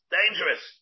dangerous